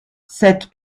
cette